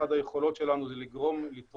אחת היכולות שלנו היא לרתום